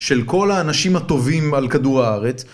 של כל האנשים הטובים על כדור הארץ.